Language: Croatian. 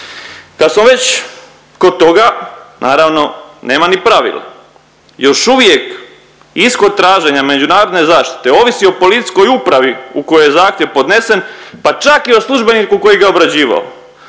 Kad smo već kod toga naravno nema ni pravila. Još uvijek ishod traženja međunarodne zaštite ovisi o policijskoj upravi u kojoj je zahtjev podnesen pa čak i o službeniku koji ga je obrađivao.